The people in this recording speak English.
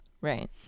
Right